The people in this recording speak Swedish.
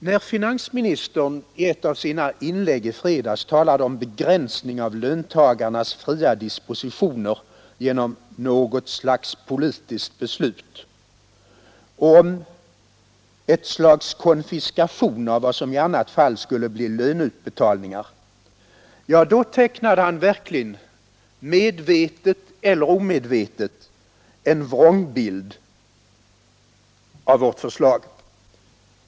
När finansministern i ett av sina inlägg i fredags talade om begränsning av löntagarnas fria dispositioner genom ”något slags politiskt beslut” och om ”ett slags konfiskation av vad som i annat fall skulle bli löneutbetalningar” — ja, då tecknade han verkligen — medvetet eller omedvetet — en vrångbild av vårt förslag.